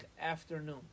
afternoon